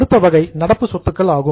அடுத்த வகை நடப்பு சொத்துக்கள் ஆகும்